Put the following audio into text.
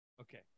Okay